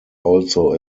also